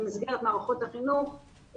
במסגרת מערכות החינוך,